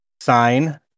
sign